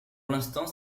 l’instant